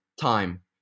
time